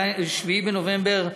7 בנובמבר 2016,